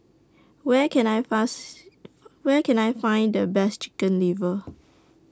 Where Can I fast Where Can I Find The Best Chicken Liver